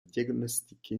diagnostiquer